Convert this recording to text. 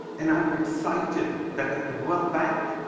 and i'm excited that at the world bank,